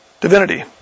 divinity